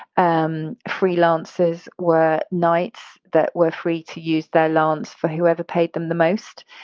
um freelancers were knights that were free to use their lance for whoever paid them the most.